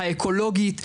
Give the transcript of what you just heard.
האקולוגית,